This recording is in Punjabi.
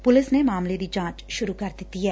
ਪੁਲਿਸ ਨੇ ਮਾਮਲੇ ਦੀ ਜਾਂਚ ਸੁਰੁ ਕਰ ਦਿੱਤੀ ਏ